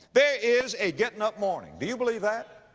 there is a gettin up morning. do you believe that?